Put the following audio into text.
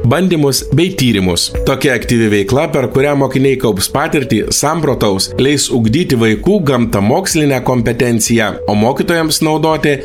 bandymus bei tyrimus tokia aktyvi veikla per kurią mokiniai kaups patirtį samprotaus leis ugdyti vaikų gamtamokslinę kompetenciją o mokytojams naudoti